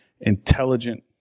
intelligent